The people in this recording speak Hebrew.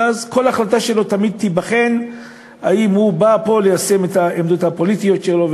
ואז תמיד כל החלטה שלו תיבחן אם הוא בא ליישם את העמדות הפוליטיות שלו,